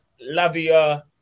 Lavia